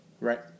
right